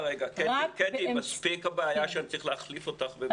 קטי, רק רגע, אני צריך להחליף אותך בוועדת